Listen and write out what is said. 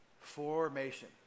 Formation